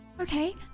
Okay